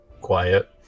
quiet